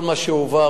כל מה שהועבר,